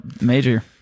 major